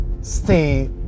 stay